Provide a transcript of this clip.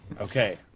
Okay